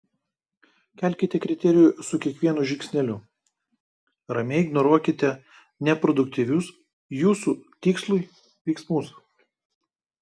kelkite kriterijų su kiekvienu žingsneliu ramiai ignoruokite neproduktyvius jūsų tikslui veiksmus